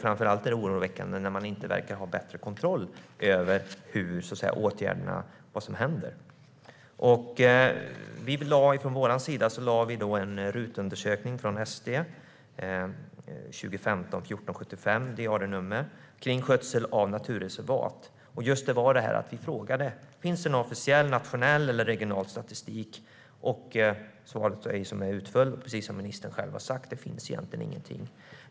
Framför allt är det oroväckande när man inte verkar ha bättre kontroll över åtgärderna och vad som händer. Från SD:s sida begärde vi en RUT-undersökning, Dnr 2015:1475, om skötsel av naturreservat. Vi frågade: Finns det någon nationell eller regional statistik? Svaret var, precis som ministern själv har sagt, att det egentligen inte finns någonting.